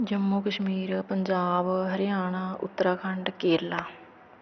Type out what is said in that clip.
Jammu Kashmir Punjab Haryana Uttarakhand Kerala